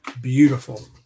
Beautiful